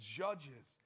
judges